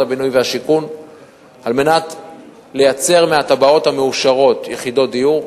הבינוי והשיכון כדי לייצר מהתב"עות המאושרות יחידות דיור.